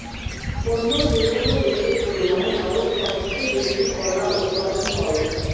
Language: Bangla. অন্য যেকোনো দেশের তুলনায় ভারত সবচেয়ে বেশি কলা উৎপাদন করে